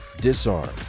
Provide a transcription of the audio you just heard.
Disarm